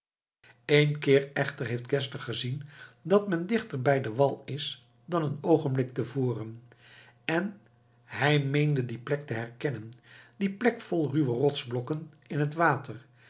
eén keer echter heeft geszler gezien dat men dichter bij den wal is dan een oogenblik te voren en hij meende die plek te herkennen die plek vol ruwe rotsbrokken in het water